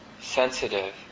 sensitive